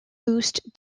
boost